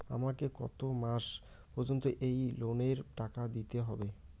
আমাকে কত মাস পর্যন্ত এই লোনের টাকা দিতে হবে?